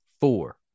four